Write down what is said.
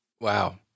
Wow